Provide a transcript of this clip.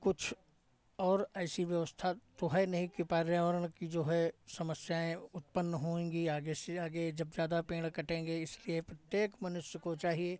कुछ और ऐसी व्यवस्था तो है नहीं कि पर्यावरण की जो है समस्याएँ उत्पन्न होएंगी आगे से आगे जब ज़्यादा पेड़ कटेंगे इसलिए प्रत्येक मनुष्य को चाहिए